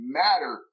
matter